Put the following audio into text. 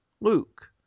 Luke